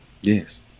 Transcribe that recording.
Yes